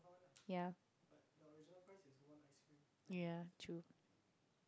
ya ya true